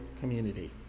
community